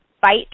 fight